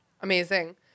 amazing